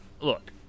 look